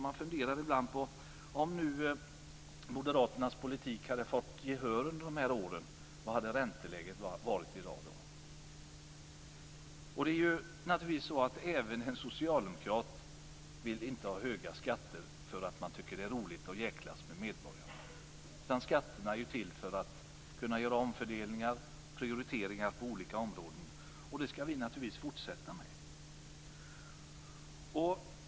Jag funderar ibland på om moderaternas politik hade fått gehör under dessa år, vad hade ränteläget varit då? En socialdemokrat vill ju inte ha skatter för att han tycker att det är roligt att djäklas med medborgarna. Skatterna är till för att man skall kunna göra omfördelningar och prioriteringar på olika områden. Detta skall vi naturligtvis fortsätta med.